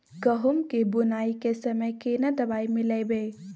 गहूम के बुनाई के समय केना दवाई मिलैबे?